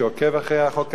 שעוקב אחרי ביצוע החוק הזה,